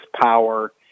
power